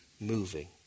moving